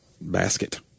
basket